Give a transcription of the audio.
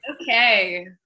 Okay